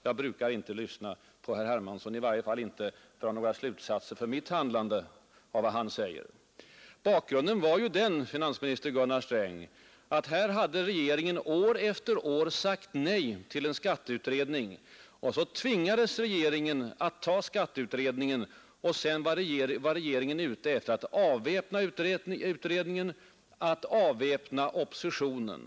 Jag brukar inte lyssna på herr Hermansson, i varje fall inte dra slutsatser för mitt handlande av vad han säger. Bakgrunden till min kritik var, finansminister Gunnar Sträng, att regeringen år efter år hade sagt nej till en skatteutredning. Så småningom tvingades regeringen att finna sig i riksdagens beslut om en sådan utredning. Sedan sökte regeringen avväpna utredningen och avväpna även oppositionen.